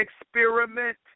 experiment